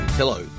Hello